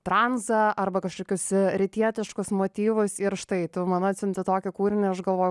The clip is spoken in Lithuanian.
transą arba kažkokius rytietiškus motyvus ir štai tu man atsiunti tokį kūrinį aš galvoju